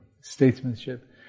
statesmanship